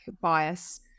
bias